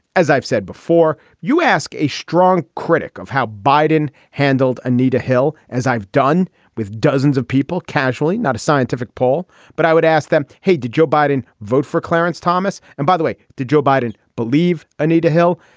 as i've said before you ask a strong critic of how biden handled anita hill. as i've done with dozens of people casually not a scientific poll but i would ask them hey did joe biden vote for clarence thomas. and by the way did joe biden believe anita hill.